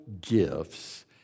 gifts